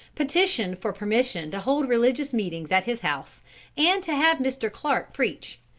petitioned for permission to hold religious meetings at his house and to have mr. clark preach.